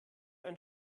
ein